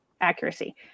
accuracy